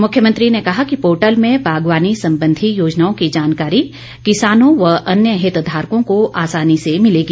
मुख्यमंत्री ने कहा कि पोर्टल में बागवानी संबंधी योजनाओं की जानकारी किसानों व अन्य हितधारकों को आसानी से मिलेगी